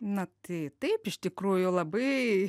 na tai taip iš tikrųjų labai